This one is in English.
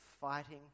fighting